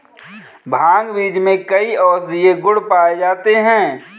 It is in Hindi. भांग बीज में कई औषधीय गुण पाए जाते हैं